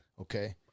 okay